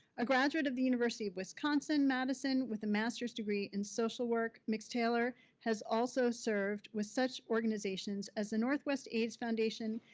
a graduate of the university of wisconsin madison with a masters degree in social work, mix taylor has also served with such organizations as the northwest aids foundation,